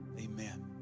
Amen